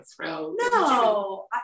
no